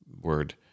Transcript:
word